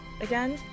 again